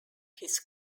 his